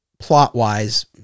plot-wise